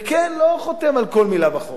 וכן, לא חותם על כל מלה בחוק,